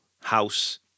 house